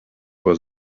was